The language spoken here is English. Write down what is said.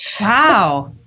Wow